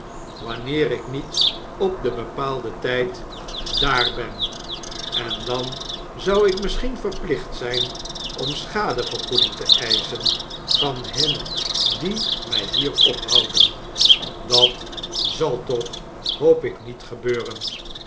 wanneer ik niet op den bepaalden tijd daar ben en dan zou ik misschien verplicht zijn om schadevergoeding te eischen van hen die mij hier ophouden dat zal toch hoop ik niet gebeuren